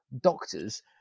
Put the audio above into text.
doctors